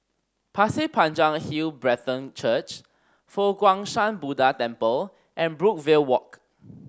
Pasir Panjang Hill Brethren Church Fo Guang Shan Buddha Temple and Brookvale Walk